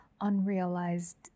unrealized